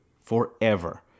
forever